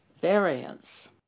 variance